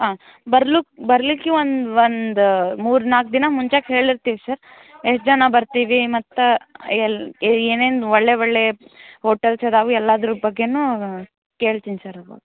ಆಂ ಬರ್ಲು ಬರಲಿಕ್ಕೆ ಒಂದು ಒಂದು ಮೂರು ನಾಲ್ಕು ದಿನ ಮುಂಚೆ ಹೇಳಿರ್ತೀವಿ ಸರ್ ಎಷ್ಟು ಜನ ಬರ್ತೀವಿ ಮತ್ತು ಎಲ್ಲಿ ಏನೇನು ಒಳ್ಳೆಯ ಒಳ್ಳೆಯ ಹೋಟೆಲ್ಸ್ ಅದಾವು ಎಲ್ಲಾದ್ರ ಬಗ್ಗೆಯೂ ಕೇಳ್ತೀನಿ ಸರ್ ಅವಾಗ